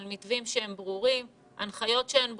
על מתווים שהם ברורים והנחיות שהן ברורות.